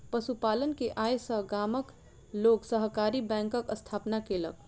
पशु पालन के आय सॅ गामक लोक सहकारी बैंकक स्थापना केलक